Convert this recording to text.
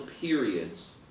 periods